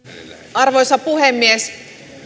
arvoisa puhemies